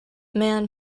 man